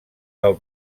del